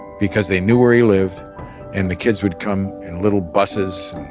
because they knew where he lived and the kids would come in little buses.